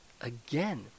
again